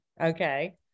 Okay